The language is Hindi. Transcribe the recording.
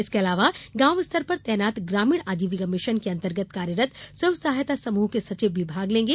इसके अलावा गांव स्तर पर तैनात ग्रामीण आजिविका मिशन के अंतर्गत कार्यरत स्व सहायता समूह के सचिव भी भाग लेंगे